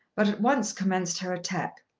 but at once commenced her attack.